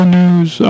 news